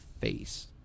face